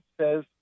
says